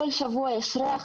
כל שבוע יש ריח.